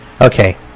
Okay